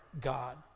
God